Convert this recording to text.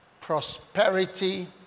prosperity